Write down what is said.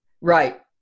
Right